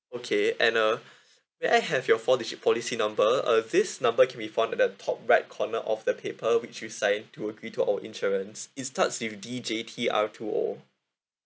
okay and uh may I have your four digit policy number uh this number can be find at the top right corner of the paper which you signed to agree to our insurance it's starts with D J T R two O